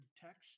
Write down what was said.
text